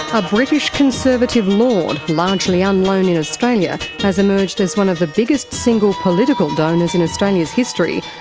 a british conservative lord, largely unknown in australia, has emerged as one of the biggest single political donors in australia's history.